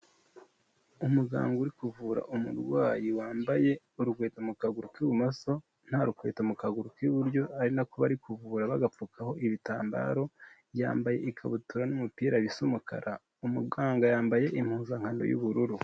Umuganga uri kuvura umurwayi wambaye urukweto mu kaguru k'ibumoso nta rukweto mu kaguru k'iburyo, ari na ko bari kuvura bagapfukaho ibitambaro, yambaye ikabutura n'umupira bisa umukara, umuganga yambaye impuzankando y'ubururu.